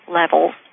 levels